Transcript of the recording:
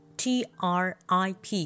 trip